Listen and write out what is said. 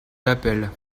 d’appel